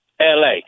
LA